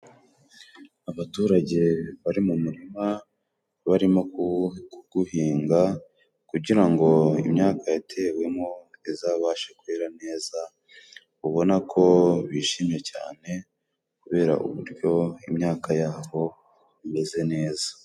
Abaturage bari mu murima barimo kuguhinga, kugira ngo imyaka yatewemo izabashe kwera neza ubona ko bishimye cyane, kubera uburyo imyaka yabo imeze neza.